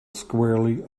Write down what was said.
squarely